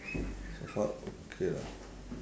so far okay lah